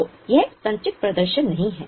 तो यह संचित प्रदर्शन नहीं है